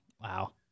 Wow